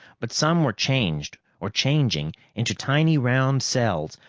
but some were changed or changing into tiny, round cells,